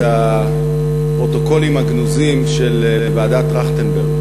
הפרוטוקולים הגנוזים של ועדת-טרכטנברג.